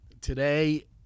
Today